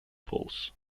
pools